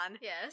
Yes